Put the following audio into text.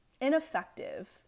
ineffective